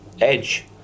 Edge